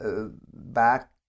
back